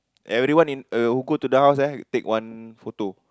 everyone in uh who go to the house eh take one photo